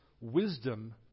wisdom